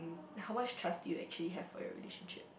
then how much trust do you actually have for your relationship